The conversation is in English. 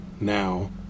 Now